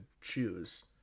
choose